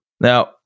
Now